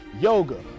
yoga